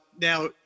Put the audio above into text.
now